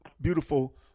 beautiful